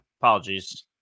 Apologies